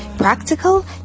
practical